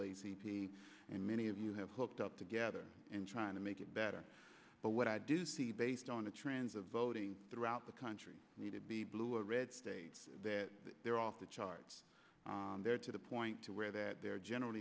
endeavor and many of you have hooked up together in trying to make it better but what i do see based on the trends of voting throughout the country need to be blue or red states that they're off the charts they're to the point to where that their general